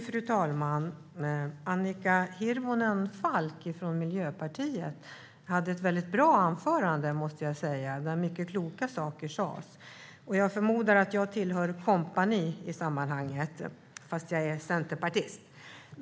Fru talman! Annika Hirvonen Falk från Miljöpartiet höll ett mycket bra anförande, måste jag säga. Många kloka saker sas. Jag förmodar att jag tillhör "kompani" i sammanhanget, fast jag är centerpartist.